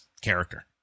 character